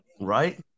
Right